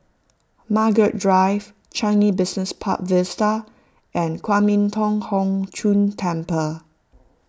Margaret Drive Changi Business Park Vista and Kwan Im Thong Hood Cho Temple